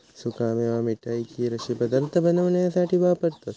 सुका मेवा मिठाई, खीर अश्ये पदार्थ बनवण्यासाठी वापरतत